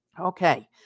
Okay